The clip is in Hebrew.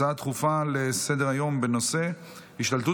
הצעה דחופה לסדר-היום בנושא: השתלטות